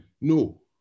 No